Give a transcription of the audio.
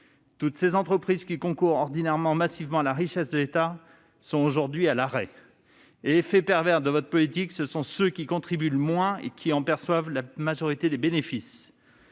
Toutes ces entreprises qui concourent ordinairement massivement à la richesse de l'État sont aujourd'hui à l'arrêt. Par un effet pervers de votre politique, ce sont ceux qui y contribuent le moins qui en perçoivent désormais la majorité des bénéfices.